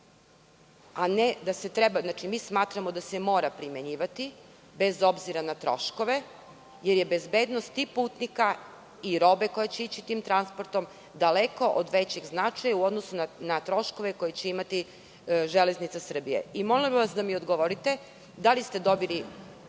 može primenjivati, znači mi smatramo da se mora primenjivati, bez obzira na troškove jer je bezbednost tih putnika i roba koja će ići tim transportom daleko od većeg značaja u odnosu na troškove koje će imati „Železnica Srbije“.Molila bih vas da mi odgovorite da li ste dobili